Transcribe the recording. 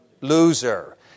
loser